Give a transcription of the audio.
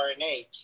RNA